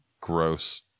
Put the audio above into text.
Gross